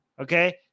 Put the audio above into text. Okay